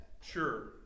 Sure